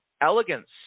elegance